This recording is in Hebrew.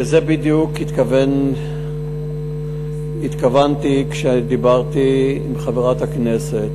לזה בדיוק התכוונתי כשדיברתי עם חברת הכנסת.